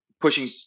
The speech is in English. pushing